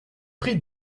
prix